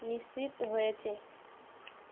নিশ্চিত হয়েছেে